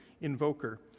invoker